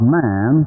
man